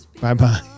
Bye-bye